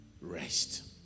rest